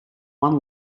one